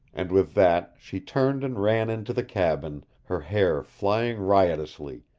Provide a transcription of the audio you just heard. and with that she turned and ran into the cabin, her hair flying riotously,